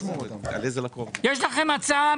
יש לכם הצעה?